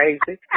crazy